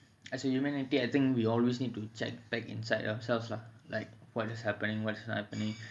as a humanity I think we always need to check back inside ourselves lah like what's happening what's happening